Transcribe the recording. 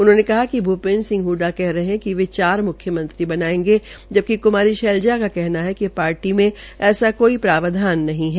उन्होंने कहा कि भूपेन्द्र सिंह हडडा कर रहे है कि वे चार मुख्यमंत्री बनायेंगे जबकि कुमारी शैलजा का कहना है कि पार्टी के ऐसा कोई प्रावधान नहीं है